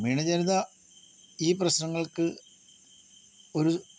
ഗ്രാമീണ ജനത ഈ പ്രശ്നങ്ങൾക്ക് ഒരു